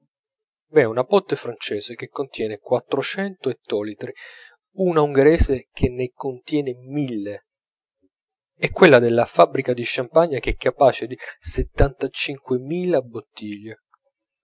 v'è una botte francese che contiene quattrocento ettolitri una ungherese che ne contiene mille e quella della fabbrica di champagne che è capace di settantacinque mila bottiglie